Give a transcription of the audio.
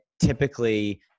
Typically